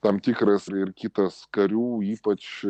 tam tikras ir kitas karių ypač